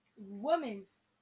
Women's